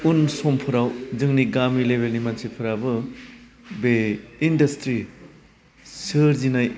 उन समफ्राव जोंनि गामि लेभेननि मानसिफ्राबो बे इन्डासट्रि सोरजिनाय